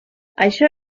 això